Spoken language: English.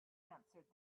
answered